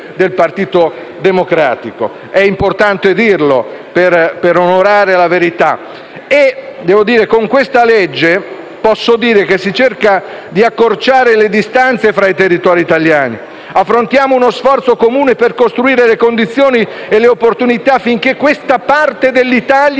del Partito Democratico: è importante dirlo per onorare la verità. Con questo disegno di legge si cerca di accorciare le distanza tra i territori italiani e si affronta uno sforzo comune per costruire le condizioni e le opportunità, affinché questa parte dell'Italia